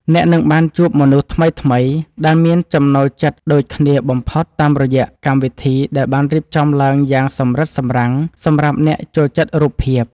អ្នកនឹងបានជួបមនុស្សថ្មីៗដែលមានចំណូលចិត្តដូចគ្នាបំផុតតាមរយៈកម្មវិធីដែលបានរៀបចំឡើងយ៉ាងសម្រិតសម្រាំងសម្រាប់អ្នកចូលចិត្តរូបភាព។